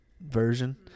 version